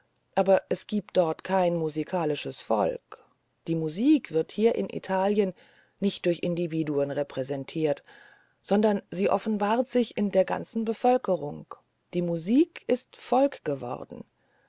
aber es gibt dort kein musikalisches volk die musik wird hier in italien nicht durch individuen repräsentiert sondern sie offenbart sich in der ganzen bevölkerung die musik ist volk geworden